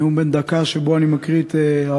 נאום בן דקה שבו אני מקריא את שמות